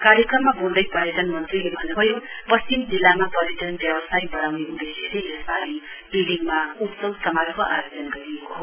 कार्यक्रममा बोल्दै पर्यटन मन्त्रीले भन्नुभयो पश्चिम जिल्लामा पर्यटन व्यावसाय बढ़ाउने उदेश्यले यसपाली पेलिङमा उत्सव समारोह आयोजन गरिएको हो